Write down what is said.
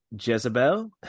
Jezebel